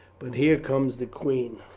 but here comes the queen.